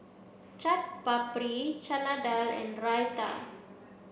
Chaat Papri Chana Dal and Raita